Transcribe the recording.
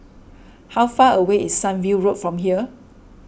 how far away is Sunview Road from here